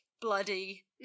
bloody